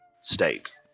state